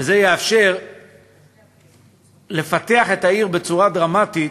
וזה יאפשר לפתח את העיר בצורה דרמטית.